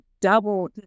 double